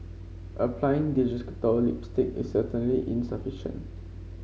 applying digital lipstick is certainly insufficient